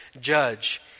judge